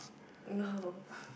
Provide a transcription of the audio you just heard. no